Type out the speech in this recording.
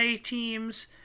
teams